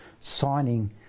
signing